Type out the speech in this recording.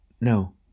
No